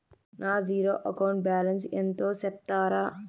నా zero account balance ఎంతో సెప్తారా?